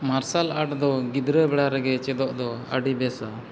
ᱢᱟᱨᱥᱟᱞ ᱟᱴ ᱫᱚ ᱜᱤᱫᱽᱨᱟᱹ ᱵᱮᱲᱟ ᱨᱮᱜᱮ ᱪᱮᱫᱚᱜ ᱫᱚ ᱟᱹᱰᱤ ᱵᱮᱥᱟ